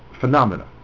phenomena